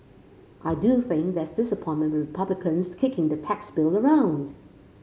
I do think there's disappointment with Republicans kicking the tax bill around